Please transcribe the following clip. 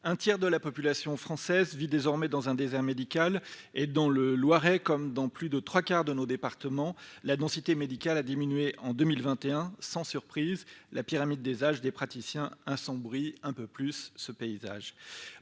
Un tiers de la population française vit désormais dans un désert médical ; dans le Loiret comme dans plus des trois quarts de nos départements, la densité médicale a diminué en 2021. Sans surprise, la pyramide des âges des praticiens assombrit un peu plus encore ce paysage.